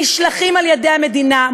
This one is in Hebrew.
נשלחים על-ידי המדינה,